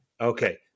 Okay